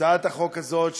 הצעת החוק הזאת,